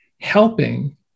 helping